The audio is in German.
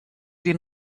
den